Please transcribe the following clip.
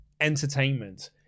entertainment